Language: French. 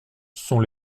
sont